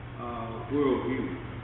worldview